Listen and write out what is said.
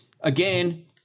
again